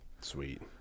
Sweet